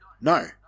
no